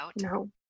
no